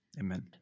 Amen